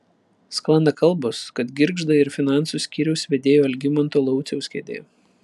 sklando kalbos kad girgžda ir finansų skyriaus vedėjo algimanto lauciaus kėdė